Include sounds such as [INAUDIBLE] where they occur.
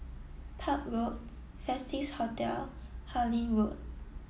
Park Road [UNINTELLIGIBLE] Hotel Harlyn Road